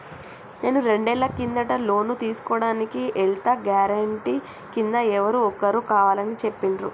నేను రెండేళ్ల కిందట లోను తీసుకోడానికి ఎల్తే గారెంటీ కింద ఎవరో ఒకరు కావాలని చెప్పిండ్రు